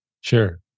Sure